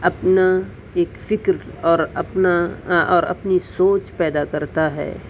اپنا ایک فکر اور اپنا اور اپنی سوچ پیدا کرتا ہے